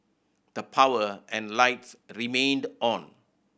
the power and lights remained on